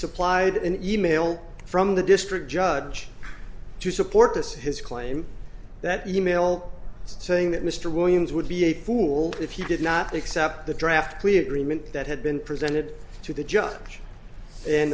supplied an email from the district judge to support this his claim that the e mail saying that mr williams would be a fool if he did not accept the draft clear agreement that had been presented to the judge